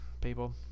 people